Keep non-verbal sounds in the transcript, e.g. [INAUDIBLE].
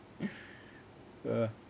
[BREATH] ah